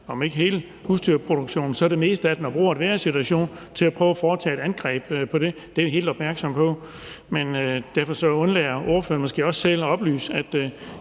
om ikke hele husdyrproduktionen, så det meste af den og bruger enhver situation til at prøve at foretage et angreb på det. Det er jeg helt opmærksom på. Derfor undlader ordføreren måske selv at oplyse, at